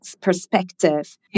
perspective